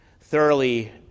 thoroughly